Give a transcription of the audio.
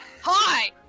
hi